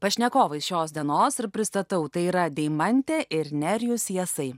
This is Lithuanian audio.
pašnekovais šios dienos ir pristatau tai yra deimantė ir nerijus jasai